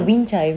wind chime